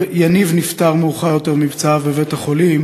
יניב נפטר מאוחר יותר מפצעיו בבית-החולים